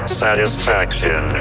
satisfaction